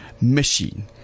Machine